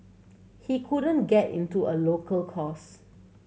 he couldn't get into a local course